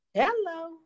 Hello